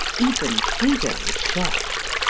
even frida was shocked.